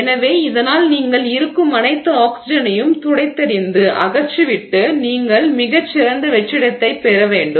எனவே இதனால் நீங்கள் இருக்கும் அனைத்து ஆக்ஸிஜனையும் துடைத்தெறிந்து அகற்றி விட்டு நீங்கள் மிகச் சிறந்த வெற்றிடத்தைப் பெற வேண்டும்